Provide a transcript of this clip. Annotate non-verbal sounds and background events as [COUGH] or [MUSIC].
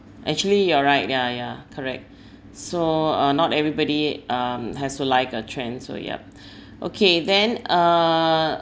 actually you are right ya ya correct [BREATH] so uh not everybody um has to like a trend so yup [BREATH] okay then uh